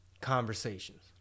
conversations